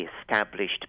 established